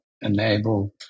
enable